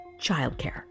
childcare